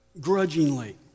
grudgingly